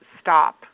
stop